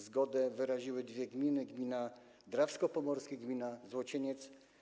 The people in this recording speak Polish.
Zgodę na to wyraziły dwie gminy: gmina Drawsko Pomorskie i gmina Złocieniec.